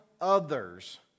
others